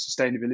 sustainability